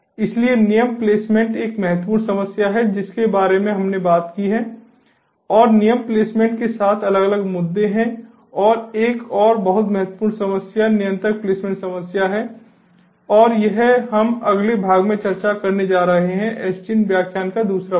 इसलिए नियम प्लेसमेंट एक महत्वपूर्ण समस्या है जिसके बारे में हमने बात की है और नियम प्लेसमेंट के साथ अलग अलग मुद्दे हैं और एक और बहुत महत्वपूर्ण समस्या नियंत्रक प्लेसमेंट समस्या है और यह हम अगले भाग में चर्चा करने जा रहे हैं SDN व्याख्यान का दूसरा भाग